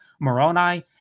Moroni